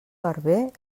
barber